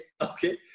Okay